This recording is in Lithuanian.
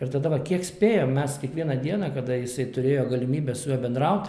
ir tada va kiek spėjom mes kiekvieną dieną kada jisai turėjo galimybę su juo bendraut